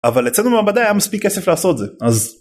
אבל אצלנו במעבדה, היה מספיק כסף לעשות זה. אז...